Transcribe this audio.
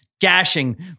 Gashing